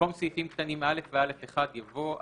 במקום סעיפים קטנים (א) ו־(א1) יבוא: